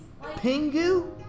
pingu